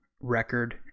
record